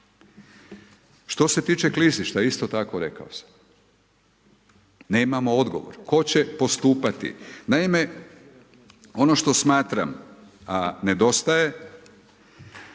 Što se tiče klizišta, isto tako, rekao sam, nemamo odgovor. Tko će postupati. Naime, ono što smatram, a nedostaje,